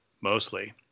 Mostly